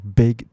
big